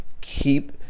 keep